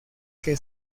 que